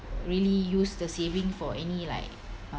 really use the saving for any like